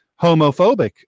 homophobic